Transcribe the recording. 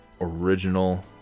original